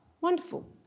Wonderful